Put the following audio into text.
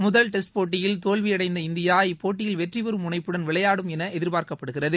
முதல் டெஸ்ட் போட்டியில் தோல்வியடைந்த இந்தியா இப்போட்டியில் வெற்றிபெறும் முனைப்புடன் விளையாடும் என எதிர்பார்க்கப்படுகிறது